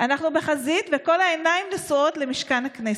אנחנו בחזית, וכל העיניים נשואות למשכן הכנסת.